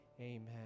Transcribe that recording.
Amen